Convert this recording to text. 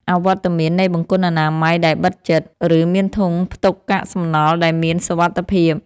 អវត្តមាននៃបង្គន់អនាម័យដែលបិទជិត ឬមានធុងផ្ទុកកាកសំណល់ដែលមានសុវត្ថិភាព